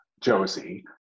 Josie